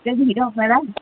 କେତେ ଭିଡ଼ ମେଳା